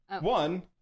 One